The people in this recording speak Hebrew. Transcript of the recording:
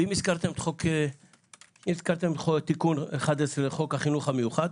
אם הזכרתם את תיקון 11 לחוק החינוך המיוחד,